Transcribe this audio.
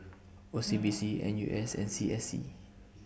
O C B C N U S and C S C